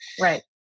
right